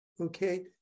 okay